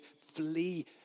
flee